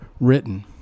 written